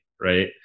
right